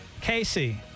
Casey